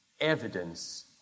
evidence